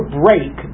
break